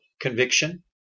conviction